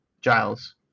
Giles